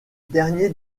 dernier